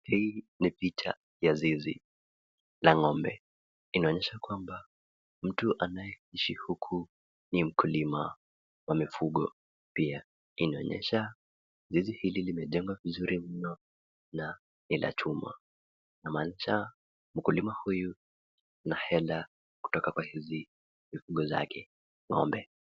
Hii ni picha ya zizi la ng'ombe inaonyesha kwamba mtu anayeishi huku ni mkulima wa mifugo pia inaonyesha mzuri mno na inatuma kumaanisha mkulima huyu ana hela kutoka kwa hizi mifugo zake, ng'ombe.